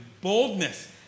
boldness